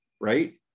right